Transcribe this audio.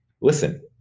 listen